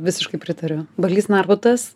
visiškai pritariu balys narbutas